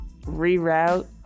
reroute